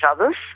others